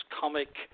comic